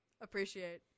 Appreciate